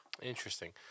Interesting